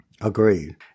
Agreed